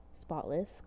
Spotless